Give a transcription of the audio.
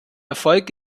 erfolg